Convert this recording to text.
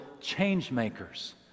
change-makers